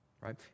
right